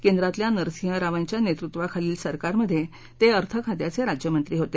केंद्रातल्या नरसिंह रावांच्या नेतृत्वाखालील सरकारमध्ये ते अर्थखात्याचे राज्यमंत्री होते